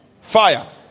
Fire